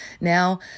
Now